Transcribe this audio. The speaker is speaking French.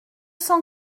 cent